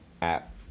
app